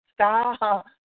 Stop